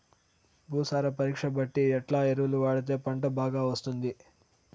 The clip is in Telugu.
భూసార పరీక్ష బట్టి ఎట్లా ఎరువులు వాడితే పంట బాగా వస్తుంది?